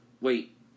Wait